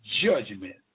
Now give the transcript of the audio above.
judgment